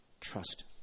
Trust